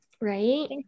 right